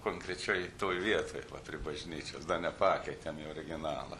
konkrečioj toj vietoj prie bažnyčios dar nepakeitėm į originalą